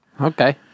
Okay